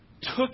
took